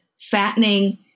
fattening